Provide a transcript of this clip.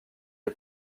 est